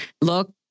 look